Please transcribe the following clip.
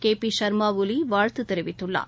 K P Sharma ஒலி வாழ்த்து தெரிவித்துள்ளார்